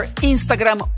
Instagram